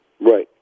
Right